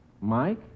Mike